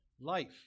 life